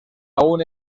aún